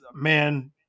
man